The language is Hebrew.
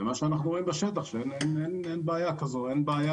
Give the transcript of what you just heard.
ומה שאנחנו רואים בשטח, שאין בעיה עם